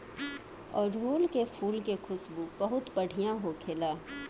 अढ़ऊल के फुल के खुशबू बहुत बढ़िया होखेला